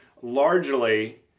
Largely